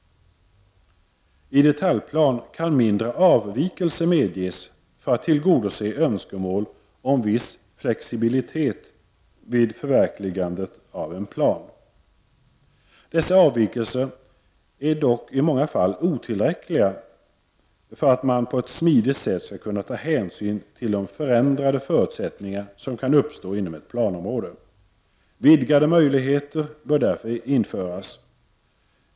I detaljplan kan mindre avvikelse medges för att tillgodose önskemål om viss flexibilitet vid förverkligandet av en plan. Dessa avvikelser är dock i många fall inte tillräckliga för att man på ett smidigt sätt skall kunna ta hänsyn till de förändrade förutsättningar som kan uppstå inom ett planområde. Vidgade möjligheter bör därför införas.